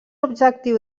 objectiu